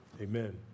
Amen